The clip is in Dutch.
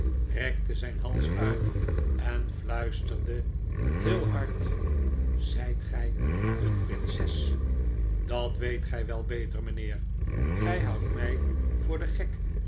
rekte zijn hals uit en fluisterde heel hard zijt gij een prinses dat weet gij wel beter mijnheer gij houdt mij voor den gek